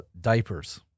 diapers